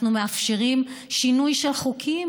אנחנו מאפשרים שינוי של חוקים,